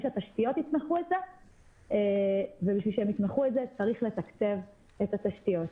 שהתשתיות יתמכו את זה ובשביל שהן יתמכו את זה צריך לתקצב את התשתיות.